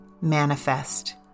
manifest